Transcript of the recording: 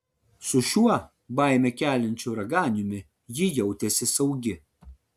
su šiuo baimę keliančiu raganiumi ji jautėsi saugi